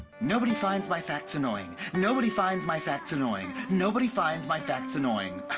nobody finds my facts annoying. nobody finds my facts annoying. nobody finds my facts annoying.